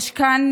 יש כאן